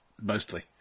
mostly